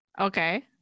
Okay